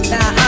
Now